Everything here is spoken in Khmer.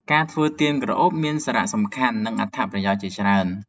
ការធ្វើទៀនក្រអូបមានសារៈសំខាន់ និងអត្ថប្រយោជន៍ជាច្រើន។